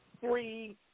three